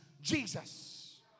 Jesus